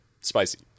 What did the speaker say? spicy